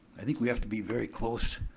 i think we have to be very close,